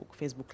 Facebook